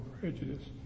prejudice